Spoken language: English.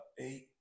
Eight